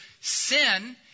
sin